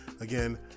Again